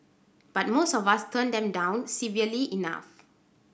but most of us turn them down civilly enough